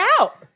out